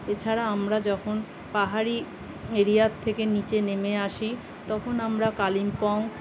এছাড়া আমরা যখন পাহাড়ি এরিয়ার থেকে নিচে নেমে আসি তখন আমরা কালিম্পং